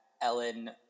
Ellen